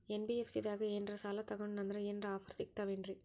NBFC ದಾಗ ಏನ್ರ ಸಾಲ ತೊಗೊಂಡ್ನಂದರ ಏನರ ಆಫರ್ ಸಿಗ್ತಾವೇನ್ರಿ?